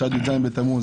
עד י"ז בתמוז,